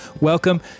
Welcome